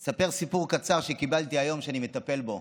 אני אספר סיפור קצר שקיבלתי היום ואני מטפל בו: